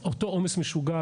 אותו עומס משוגע,